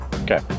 Okay